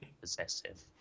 possessive